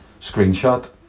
screenshot